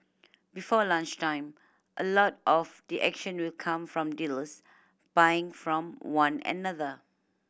before lunchtime a lot of the action will come from dealers buying from one another